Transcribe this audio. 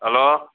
hello